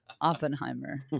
oppenheimer